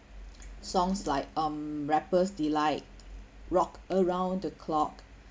songs like um rappers delight rock around the clock